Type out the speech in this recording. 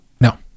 No